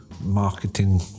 marketing